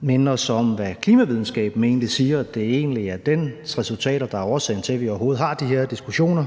minde os om, hvad klimavidenskaben egentlig siger, og at det egentlig er dens resultater, der er årsagen til, at vi overhovedet har de her diskussioner.